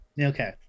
okay